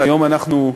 והיום אנחנו,